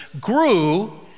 grew